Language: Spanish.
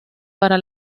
para